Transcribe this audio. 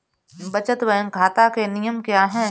बचत बैंक खाता के नियम क्या हैं?